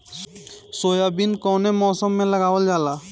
Soybean कौने मौसम में लगावल जा?